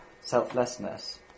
selflessness